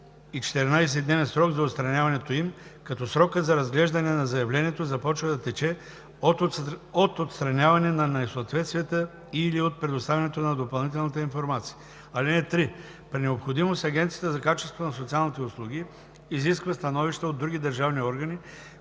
14-дневен срок за отстраняването им, като срокът за разглеждане на заявлението започва да тече от отстраняване на несъответствията и/или от предоставянето на допълнителната информация. (3) При необходимост Агенцията за качеството на социалните услуги изисква становища от други държавни органи,